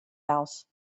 house